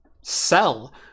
sell